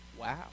Wow